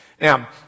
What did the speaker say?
Now